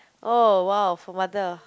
oh !wow! for mother